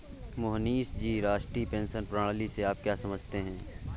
मोहनीश जी, राष्ट्रीय पेंशन प्रणाली से आप क्या समझते है?